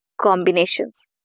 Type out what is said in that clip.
combinations